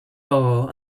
bar